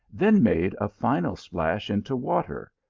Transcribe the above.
then made a final splash into water,